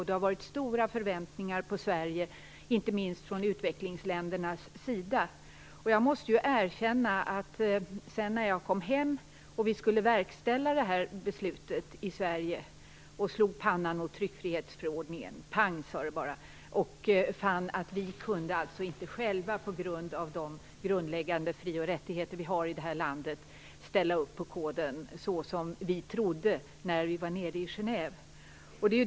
Det har varit stora förväntningar på Sverige, inte minst från utvecklingsländernas sida. När jag sedan kom hem och vi skulle verkställa beslutet i Sverige slog vi pannan i tryckfrihetsförordningen. Pang, sade det bara. Vi fann att vi själva, på grund av de grundläggande fri och rättigheter vi har i det här landet, inte kunde ställa upp på koden så som vi trodde när vi var nere i Genève.